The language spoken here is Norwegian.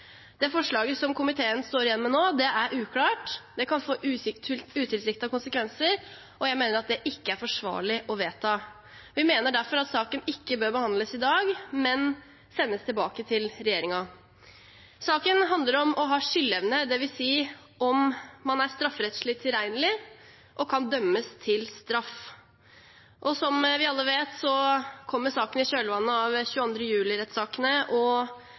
Det forslaget som komiteen nå står igjen med, er uklart. Det kan få utilsiktede konsekvenser. Jeg mener at det ikke er forsvarlig å vedta. Vi mener derfor at saken ikke bør behandles i dag, men sendes tilbake til regjeringen. Saken handler om å ha skyldevne, dvs. om man er strafferettslig tilregnelig og kan dømmes til straff. Som vi alle vet, kommer saken i kjølvannet av 22. juli-rettssakene og